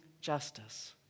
justice